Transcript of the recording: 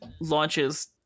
launches